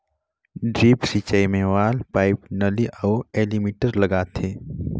drip सिंचई मे valve, pipe, नली अउ एलीमिटर लगाथें